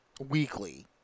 weekly